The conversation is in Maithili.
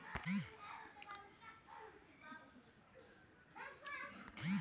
आइकाल्हि व्यावसायिक स्तर पर कागजक उत्पादन मशीनरी सं होइ छै